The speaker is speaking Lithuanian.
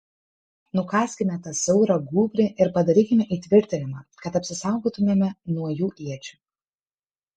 nukaskime tą siaurą gūbrį ir padarykime įtvirtinimą kad apsisaugotumėme nuo jų iečių